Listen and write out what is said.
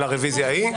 ב-09:45.